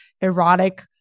erotic